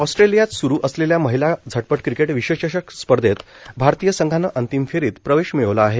ऑस्ट्रेलियात सुरू असलेल्या महिला झटपट क्रिकेट विश्वचषक स्पर्धेत भारतीय संघान अंतिम फेरीत प्रवेशमिळवला आहे